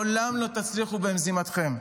לעולם לא תצליחו במזימתכם.